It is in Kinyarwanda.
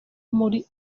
muri